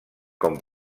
com